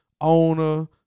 owner